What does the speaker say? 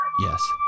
Yes